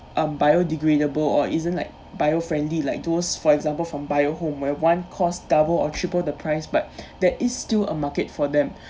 um biodegradable or isn't like bio friendly like those for example from bio home where one cost double or triple the price but there is still a market for them